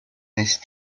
nicht